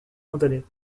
condamnés